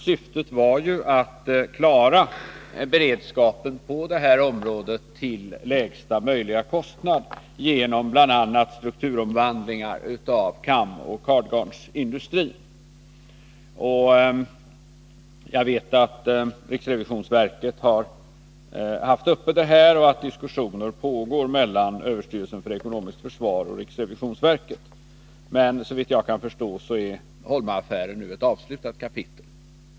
Syftet var att klara beredskapen på detta område till lägsta möjliga kostnad genom bl.a. strukturomvandlingar inom kamoch kardgarnsindustrin. Men såvitt jag kan förstå är Holma-affären nu ett avslutat kapitel.